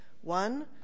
One